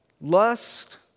Lust